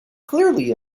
clearly